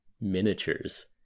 miniatures